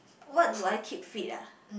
what do I keep fit ah